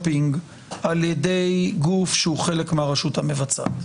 על ידי גוף שהוא חלק מהרשות המבצעת.